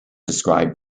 described